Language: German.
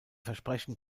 versprechen